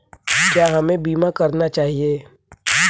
क्या हमें बीमा करना चाहिए?